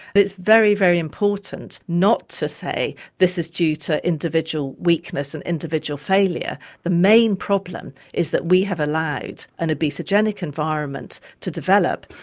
it's very, very important not to say this is due to individual weakness and individual failure. the main problem is that we have allowed an obesogenic environment to develop.